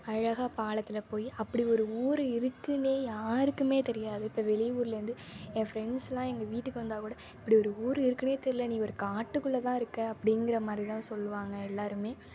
அழகாக பாலத்தில் போய் அப்படி ஒரு ஊர் இருக்குனே யாருக்கும் தெரியாது இப்போ வெளி ஊர்லருந்து என் ஃப்ரெண்ட்ஸெலாம் எங்கள் வீட்டுக்கு வந்தால் கூட இப்படி ஒரு ஊர் இருக்குனே தெரியிலை நீ ஒரு காட்டுக்குள்ளே தான் இருக்கே அப்படிங்கிற மாதிரி தான் சொல்லுவாங்க எல்லோருமே